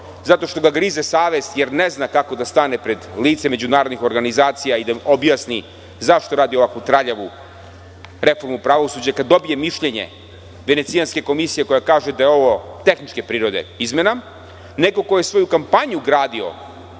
zato što ga grize savest, jer ne zna kako da stane pred lice međunarodnih organizacija i da im objasni zašto radi ovako traljavu reformu pravosuđa kada dobije mišljenje Venecijanske komisije koja kaže da je ovo tehničke prirode izmena, nego ko je svoju kapmanju gradio